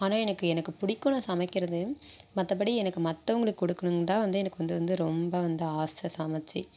ஆனால் எனக்கு எனக்குப் பிடிக்கும் நான் சமைக்கின்றது மற்றபடி எனக்கு மற்றவங்களுக்கு கொடுக்கணும் தான் வந்து எனக்கு வந்து வந்து ரொம்ப வந்து ஆசை சமச்சு